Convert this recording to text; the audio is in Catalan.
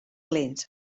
lents